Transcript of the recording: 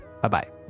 Bye-bye